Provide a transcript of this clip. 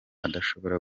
adashobora